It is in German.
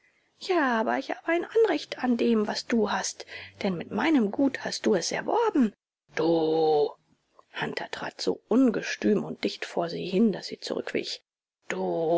ja aber ich habe ein anrecht an dem was du hast denn mit meinem gut hast du es erworben du hunter trat so ungestüm und dicht vor sie hin daß sie zurückwich du